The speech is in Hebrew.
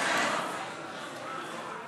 דיברתי בכלל.